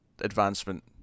advancement